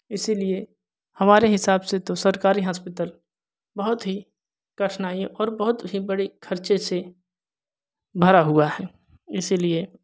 इसलिए हमारे हिसाब से तो सरकारी हॉस्पिटल बहुत ही कठिनाइयों और बहुत ही बड़े खर्चे से भरा हुआ है